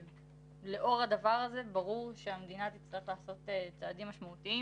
ולאור הדבר הזה ברור שהמדינה תצטרך לעשות צעדים משמעותיים.